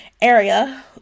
area